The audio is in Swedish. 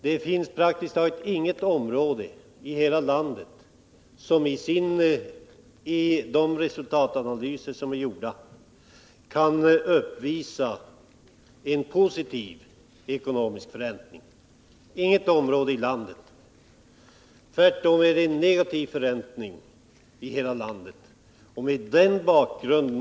Det finns praktiskt taget inget område i hela landet som i de resultatanalyser som är gjorda kan uppvisa en positiv ekonomisk förräntning; tvärtom är förräntningen negativ i hela landet.